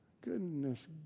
Goodness